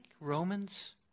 Romans